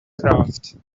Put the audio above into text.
craft